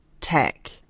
tech